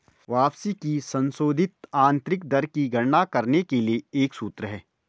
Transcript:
वापसी की संशोधित आंतरिक दर की गणना करने के लिए एक सूत्र है